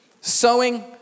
Sowing